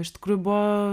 iš tikrųjų buvo